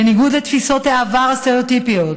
בניגוד לתפיסות העבר הסטריאוטיפיות,